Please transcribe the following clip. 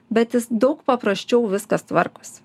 bet jis daug paprasčiau viskas tvarkosi